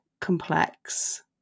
complex